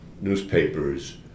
newspapers